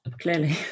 Clearly